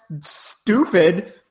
stupid